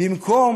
במקום